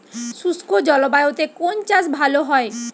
শুষ্ক জলবায়ুতে কোন চাষ ভালো হয়?